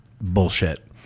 bullshit